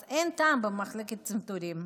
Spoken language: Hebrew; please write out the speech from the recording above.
אז אין טעם במחלקת צנתורים.